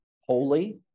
holy